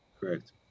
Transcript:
Correct